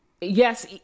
yes